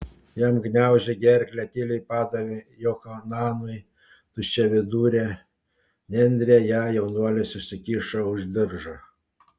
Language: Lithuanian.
jam gniaužė gerklę tyliai padavė johananui tuščiavidurę nendrę ją jaunuolis užsikišo už diržo